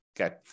okay